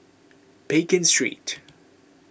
Pekin Street